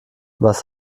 was